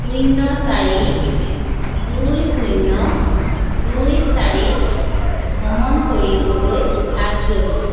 শূন্য চাৰি দুই শূ্ন্য দুই চাৰিত ভ্ৰমণ কৰিবলৈ আগ্ৰহী